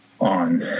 on